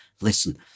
Listen